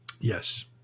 Yes